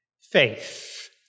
Faith